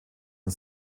und